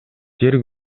жер